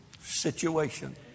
situation